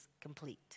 complete